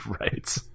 right